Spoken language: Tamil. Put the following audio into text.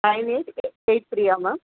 நயன் எயிட் எயிட் த்ரீயா மேம்